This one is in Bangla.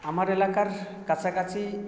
আমার এলাকার কাছাকাছি